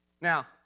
Now